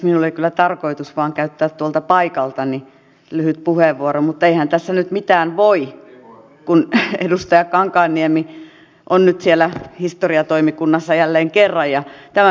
minulla oli kyllä tarkoitus vain käyttää tuolta paikaltani lyhyt puheenvuoro mutta eihän tässä nyt mitään voi kun edustaja kankaanniemi on nyt siellä historiatoimikunnassa jälleen kerran